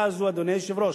אדוני היושב-ראש,